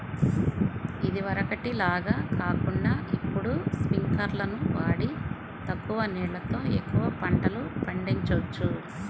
ఇదివరకటి లాగా కాకుండా ఇప్పుడు స్పింకర్లును వాడి తక్కువ నీళ్ళతో ఎక్కువ పంటలు పండిచొచ్చు